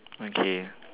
okay